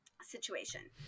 situation